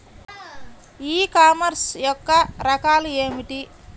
ఈ కామర్స్ యొక్క మూడు రకాలు ఏమిటి?